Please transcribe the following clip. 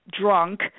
drunk